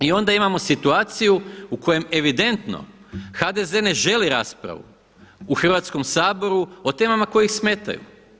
I onda imamo situaciju u kojem evidentno HDZ ne želi raspravu u Hrvatskom saboru o temama koje ih smetaju.